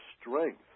strength